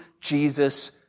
Jesus